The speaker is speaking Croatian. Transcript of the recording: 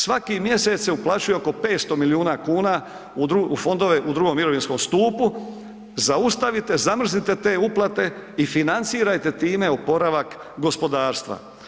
Svaki mjesec se uplaćuje oko 500 milijuna kuna u fondove u II. mirovinskom stupu, zaustavite, zamrznite te uplate i financirajte time oporavak gospodarstva.